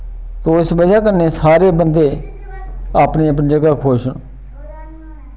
तो इस वजह् कन्नै सारे बंदे अपनी अपनी जगह् खुश न